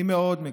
אני מאוד מקווה,